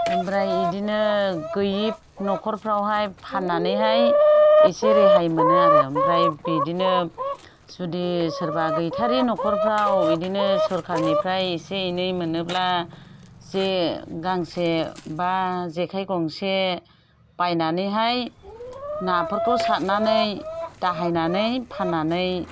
ओमफ्राय बिदिनो गैयि न'खरफ्रावहाय फान्नानैहाय इसे रेहाय मोनो आरो ओमफ्राय बिदिनो जुदि सोरबा गैथारि न'खरफ्राव बिदिनो सरकारनिफ्राय इसे एनै मोनोब्ला जे गांसे बा जेखाइ गंसे बायनानैहाय नाफोरखौ सारनानै दाहायनानै फान्नानै